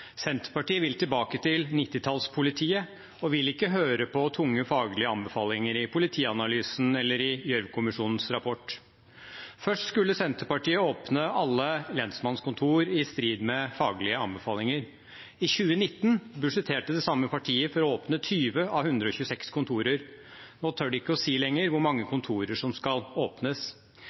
Senterpartiet vil tilbake til 1990-tallspolitiet og vil ikke høre på tunge faglige anbefalinger i Politianalysen eller i Gjørv-kommisjonens rapport. Først skulle Senterpartiet åpne alle lensmannskontorer, i strid med faglige anbefalinger. I 2019 budsjetterte det samme partiet for å åpne 20 av 126 kontorer. Nå tør de ikke lenger si hvor mange kontorer som skal åpnes.